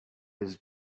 his